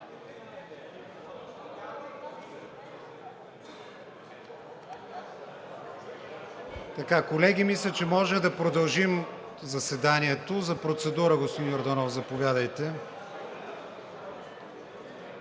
Колеги, мисля, че може да продължим заседанието. За процедура – господин Йорданов, заповядайте.